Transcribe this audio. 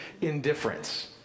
indifference